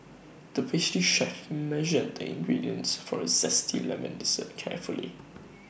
the pastry chef measured the ingredients for A Zesty Lemon Dessert carefully